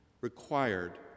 required